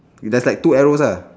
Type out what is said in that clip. we just like two arrows uh